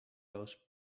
those